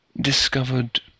discovered